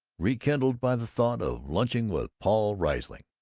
rekindled by the thought of lunching with paul riesling.